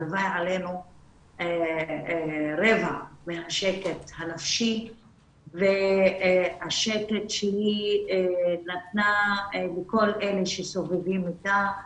הלוואי עלינו רבע מהשקט הנפשי והשקט שהיא נתנה לכל אלה שסובבים אותה,